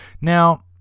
Now